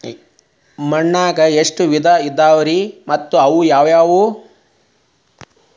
ಮಣ್ಣಾಗ ಎಷ್ಟ ವಿಧ ಇದಾವ್ರಿ ಮತ್ತ ಅವು ಯಾವ್ರೇ?